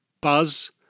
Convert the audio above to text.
buzz